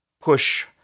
push